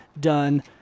done